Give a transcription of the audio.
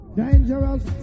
dangerous